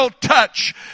touch